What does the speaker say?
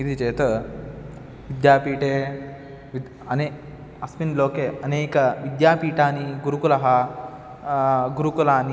इति चेत् विद्यापीठे वित् अने अस्मिन् लोके अनेकविद्यापीठानि गुरुकुलः गुरुकुलानि